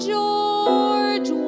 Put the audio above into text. George